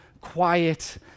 quiet